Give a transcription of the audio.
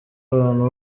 abantu